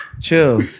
Chill